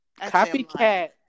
copycat